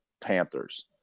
Panthers